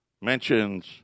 mentions